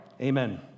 amen